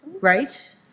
right